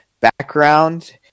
background